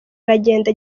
aragenda